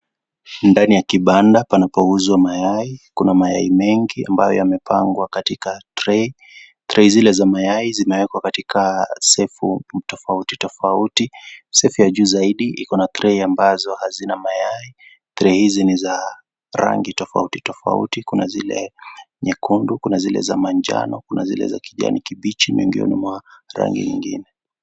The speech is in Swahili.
Ndani ya kibanda panapouzwa mayai. Kuna mayai mengi ambayo yamepangwa katika trei. Trei zile za mayai zimewekwa katika sevu tofauti tofauti. Sevu ya juu zaidi iko na trei ambazo hazina mayai. Trei hizi ni za rangi tofauti tofauti, kuna zile nyekundu, kuna zile za manjano, kuna zile za kijani kibichi miongoni mwa rangi nyingine.